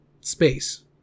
space